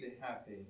happy